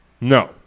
No